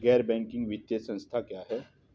गैर बैंकिंग वित्तीय संस्था क्या है?